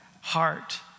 heart